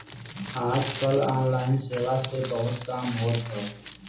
आज कल ऑनलाइन सेवा से बहुत काम होत हौ